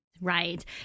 Right